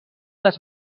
les